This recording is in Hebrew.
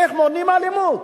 איך מונעים אלימות.